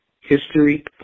history